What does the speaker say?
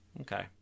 Okay